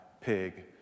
Pig